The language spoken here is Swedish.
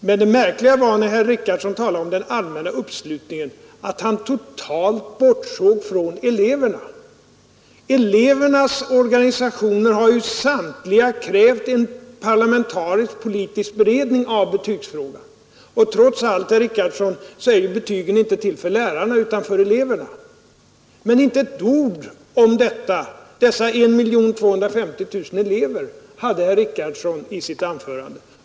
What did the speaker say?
Men det märkliga är att när herr Richardson talade om den allmänna uppslutningen så bortsåg han totalt från eleverna. Elevernas organisationer har samtliga krävt en parlamentarisk-politisk beredning av betygsfrågan. Trots allt, herr Richardson, är betygen inte till för lärarna utan för eleverna. Men inte ett ord om dessa 1250 000 elever hade herr Richardson i sitt anförande.